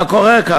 אסור, מה קורה כאן?